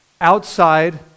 outside